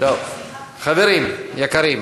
חברים יקרים,